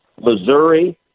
Missouri